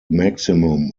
maximum